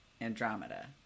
Andromeda